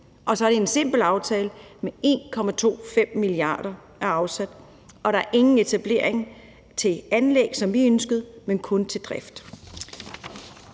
og så er det en simpel aftale med 1,25 mia. kr. afsat, og der er ingen penge til etablering af anlæg, som vi ønskede, men kun til drift.